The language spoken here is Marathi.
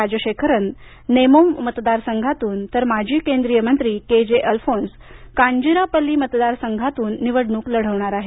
राजशेखरन नेमोम मतदारसंघातून तर माजी केंद्रीय मंत्री के जे अल्फोन्स कांजीरापल्ली मतदारसंघातून निवडणूक लढवणार आहेत